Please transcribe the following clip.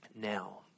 Now